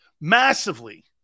massively